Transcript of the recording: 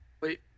wait